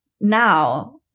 now